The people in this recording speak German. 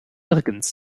nirgends